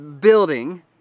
building